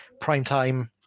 Primetime